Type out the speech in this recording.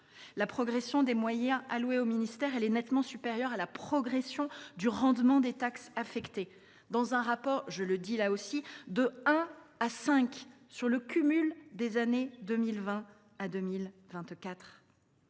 La progression des moyens alloués au ministère est nettement supérieure à la progression du rendement des taxes affectées, le rapport étant de un à cinq sur le cumul des années 2020 à 2024.